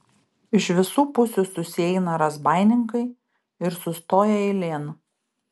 iš visų pusių susieina razbaininkai ir sustoja eilėn